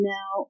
Now